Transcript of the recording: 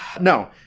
No